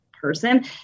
person